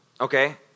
Okay